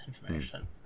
information